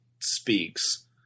speaks